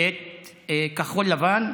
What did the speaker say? את כחול לבן,